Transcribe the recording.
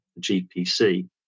GPC